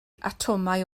atomau